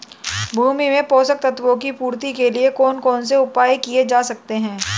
भूमि में पोषक तत्वों की पूर्ति के लिए कौन कौन से उपाय किए जा सकते हैं?